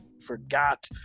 forgot